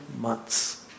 months